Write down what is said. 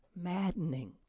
maddening